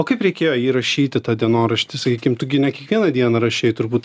o kaip reikėjo jį rašyti tą dienoraštį sakykim tu gi ne kiekvieną dieną rašei turbūt